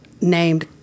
named